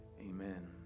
Amen